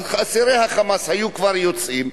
אז אסירי ה"חמאס" היו כבר יוצאים,